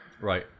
Right